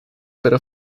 pero